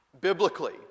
biblically